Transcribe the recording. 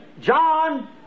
John